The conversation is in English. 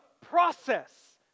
process